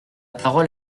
parole